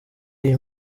iyi